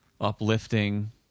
uplifting